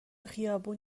خیابون